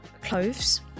clothes